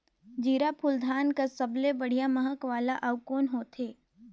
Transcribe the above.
जीराफुल धान कस सबले बढ़िया महक वाला अउ कोन होथै?